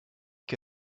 que